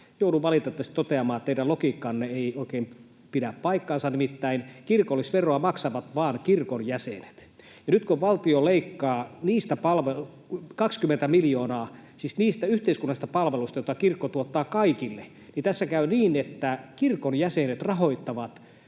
Joudun valitettavasti toteamaan, että teidän logiikkanne ei oikein pidä paikkaansa, nimittäin kirkollisveroa maksavat vain kirkon jäsenet. Ja nyt, kun valtio leikkaa 20 miljoonaa niistä yhteiskunnallisista palveluista, joita kirkko tuottaa kaikille, tässä käy niin, että kirkon jäsenet rahoittavat